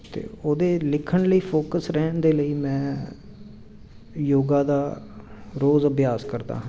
ਅਤੇ ਉਹਦੇ ਲਿਖਣ ਲਈ ਫੋਕਸ ਰਹਿਣ ਦੇ ਲਈ ਮੈਂ ਯੋਗਾ ਦਾ ਰੋਜ਼ ਅਭਿਆਸ ਕਰਦਾ ਹਾਂ